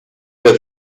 der